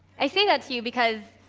i say that to you because,